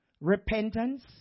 Repentance